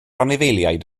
anifeiliaid